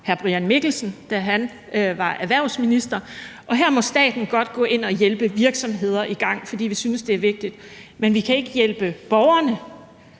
hr. Brian Mikkelsens side, da han var erhvervsminister – altså at staten her godt må gå ind og hjælpe virksomheder i gang, fordi man synes, det er vigtigt, men ikke vil hjælpe borgerne